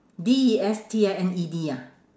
D E S T I N E D ah